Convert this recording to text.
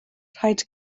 rhaid